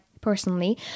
personally